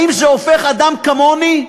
האם זה הופך אדם כמוני,